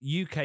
UK